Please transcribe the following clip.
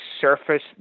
surface